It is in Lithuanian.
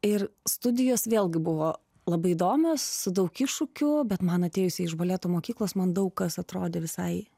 ir studijos vėlgi buvo labai įdomios daug iššūkių bet man atėjusiai iš baleto mokyklos man daug kas atrodė visai